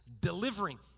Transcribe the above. delivering